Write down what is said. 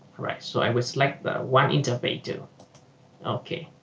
right so i will select one interface to okay